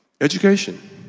Education